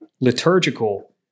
liturgical